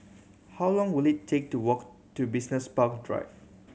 how long will it take to walk to Business Park Drive